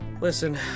Listen